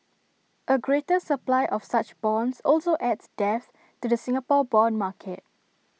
A greater supply of such bonds also adds depth to the Singapore Bond market